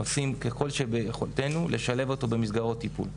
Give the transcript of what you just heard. עושים ככל שביכולתנו לשלב אותו במסגרות טיפול.